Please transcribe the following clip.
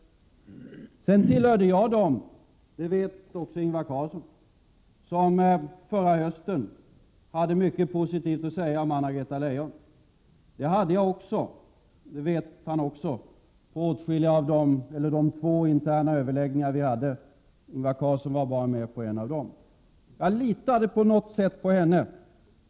Också jag tillhörde dem som förra hösten hade mycket positivt att säga om Anna-Greta Leijon, det vet Ingvar Carlsson. Det hade jag också, även detta känner statsministern till, vid de två interna överläggningar vi hade — Ingvar Carlsson var bara med på en av dem. Jag litade på något sätt på henne.